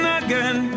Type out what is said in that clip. again